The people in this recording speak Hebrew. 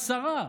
עשרה.